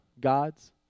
gods